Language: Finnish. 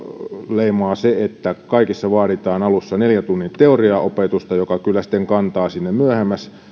leimaa se että kaikissa vaaditaan alussa neljän tunnin teoriaopetusta joka kyllä sitten kantaa sinne myöhemmäs